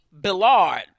Billard